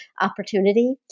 opportunity